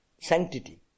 sanctity